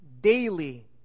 daily